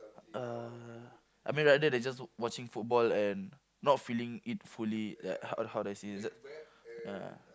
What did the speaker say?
uh I mean rather than just watching football and not feeling it fully like how how do I say it is that ya